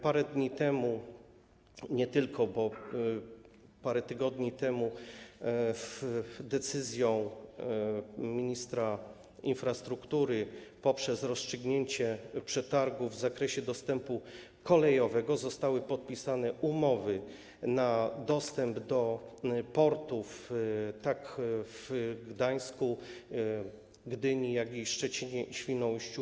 Parę dni temu, nie tylko, bo i parę tygodni temu, decyzją ministra infrastruktury, poprzez rozstrzygnięcie przetargu w zakresie dostępu kolejowego, zostały podpisane umowy na dostęp do portów tak w Gdańsku i Gdyni, jak i w Szczecinie i Świnoujściu.